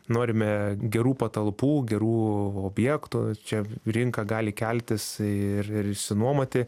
norime gerų patalpų gerų objektų čia rinka gali keltis ir ir išsinuomoti